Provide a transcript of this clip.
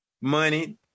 money